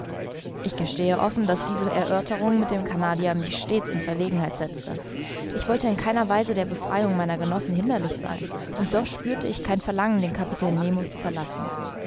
ich gestehe offen daß diese erörterung mit dem canadier mich stets in verlegenheit setzte ich wollte in keiner weise der befreiung meiner genossen hinderlich sein und doch spürte ich kein verlangen den kapitän nemo zu verlassen